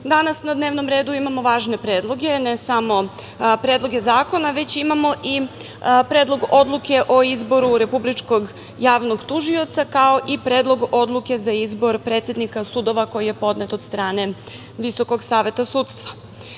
danas na dnevnom redu imamo važne predloge ne samo predloge zakona, već imamo i predlog odluke o izboru republičkog javnog tužioca, kao i predlog odluke za izbor predsednika sudova, koji je podnet od strane VSS.Najpre, predlog